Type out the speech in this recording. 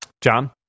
John